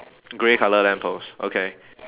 grey colour lamp post okay